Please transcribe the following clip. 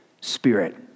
spirit